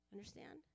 Understand